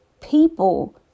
People